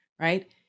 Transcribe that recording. right